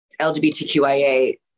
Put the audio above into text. LGBTQIA